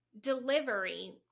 delivery